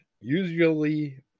usually